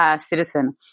citizen